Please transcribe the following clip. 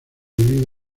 divide